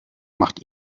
macht